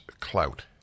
clout